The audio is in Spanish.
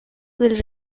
del